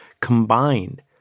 combined